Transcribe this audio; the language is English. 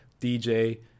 DJ